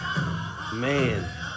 Man